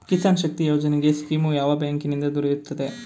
ಕಿಸಾನ್ ಶಕ್ತಿ ಯೋಜನೆ ಸ್ಕೀಮು ಯಾವ ಬ್ಯಾಂಕಿನಿಂದ ದೊರೆಯುತ್ತದೆ?